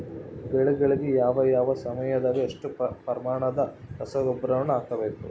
ಬೆಳೆಗಳಿಗೆ ಯಾವ ಯಾವ ಸಮಯದಾಗ ಎಷ್ಟು ಪ್ರಮಾಣದ ರಸಗೊಬ್ಬರವನ್ನು ಹಾಕಬೇಕು?